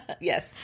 Yes